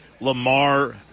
Lamar